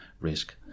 risk